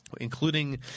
including